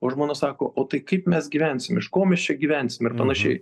o žmona sako o tai kaip mes gyvensim iš ko mes čia gyvensim ir panašiai